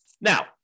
Now